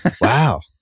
Wow